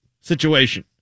situation